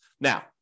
Now